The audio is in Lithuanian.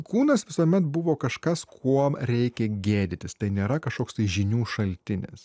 kūnas visuomet buvo kažkas kuom reikia gėdytis tai nėra kažkoks tai žinių šaltinis